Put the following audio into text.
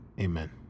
Amen